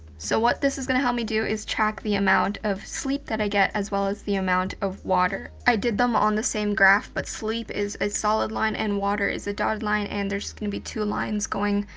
so what this is gonna help me do is track the amount of sleep that i get as well as the amount of water. i did them on the same graph, but sleep is a solid line, and water is a dotted line, and there's gonna be two lines going,